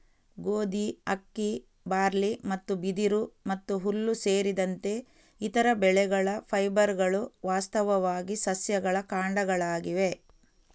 ಗೋಧಿ, ಅಕ್ಕಿ, ಬಾರ್ಲಿ ಮತ್ತು ಬಿದಿರು ಮತ್ತು ಹುಲ್ಲು ಸೇರಿದಂತೆ ಇತರ ಬೆಳೆಗಳ ಫೈಬರ್ಗಳು ವಾಸ್ತವವಾಗಿ ಸಸ್ಯಗಳ ಕಾಂಡಗಳಾಗಿವೆ